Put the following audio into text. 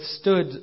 stood